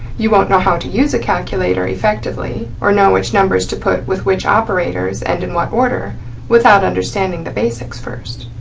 you won't know how to use a calculator effectively or know which numbers to put with which operators and in what order without understanding the basics first.